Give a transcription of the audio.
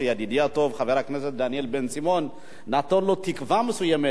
שידידי הטוב חבר הכנסת דניאל בן-סימון נתן לו תקווה מסוימת.